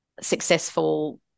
successful